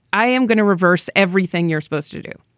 i am going to reverse everything you're supposed to do.